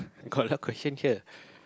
got lot question here